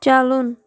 چلُن